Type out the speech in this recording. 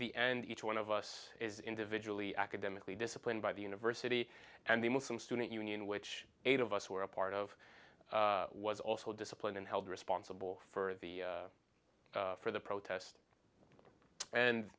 the end each one of us is individually academically disciplined by the university and the muslim student union which eight of us were a part of was also disciplined and held responsible for the for the protest and